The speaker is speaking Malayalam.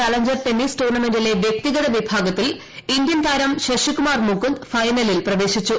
ചാലഞ്ചർ ടെന്നീസ് ടൂർണമെന്റിലെ വ്യക്തിഗത വിഭാഗത്തിൽ ഇന്ത്യൻ താരം ശശികുമാർ മുകുന്ദ് ഫൈനലിൽ പ്രവേശിച്ചു